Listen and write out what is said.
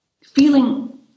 feeling